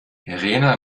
rena